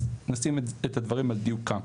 אז נשים את הדברים על דיוקם.